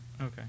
Okay